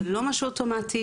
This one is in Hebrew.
זה לא משהו אוטומטי.